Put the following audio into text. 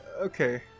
okay